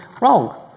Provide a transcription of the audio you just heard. Wrong